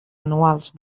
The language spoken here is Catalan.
anuals